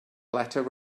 letter